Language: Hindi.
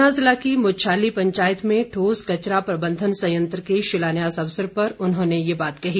ऊना जिला की मुच्छाली पंचायत में ठोस कचरा प्रबंधन संयंत्र के शिलान्यास अवसर पर उन्होंने ये बात कही